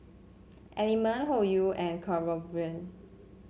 Element Hoyu and Kronenbourg